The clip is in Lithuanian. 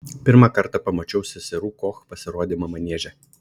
pirmą kartą pamačiau seserų koch pasirodymą manieže